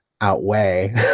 outweigh